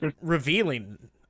revealing